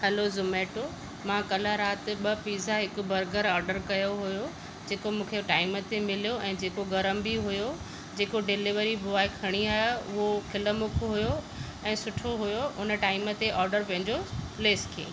hello Zomato मां कल्ह राति ॿ पिज़्ज़ा हिकु बर्गर ऑर्डर कयो हुयो जेको मूंखे टाइम ते मिलियो ऐं जेको गरम बि हुयो जेको डिलेवरी बॉय खणी आया उहो खिल मुख हुयो ऐं सुठो हुयो उन टाइम ते ऑर्डर पंहिंजो प्लेस कयईं